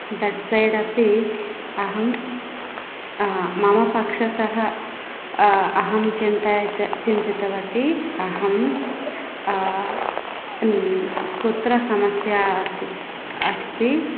that said अपि अहं मम पक्षतः अहं चिन्तयती चिन्तितवती अहं कुत्र समस्या अत् अस्ति